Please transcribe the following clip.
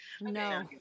No